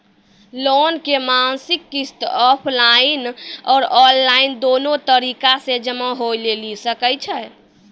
Loan के मासिक किस्त ऑफलाइन और ऑनलाइन दोनो तरीका से जमा होय लेली सकै छै?